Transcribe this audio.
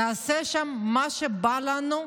נעשה שם מה שבא לנו,